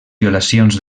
violacions